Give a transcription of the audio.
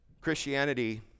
Christianity